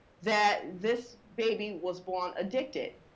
that this baby was born addicted.